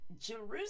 Jerusalem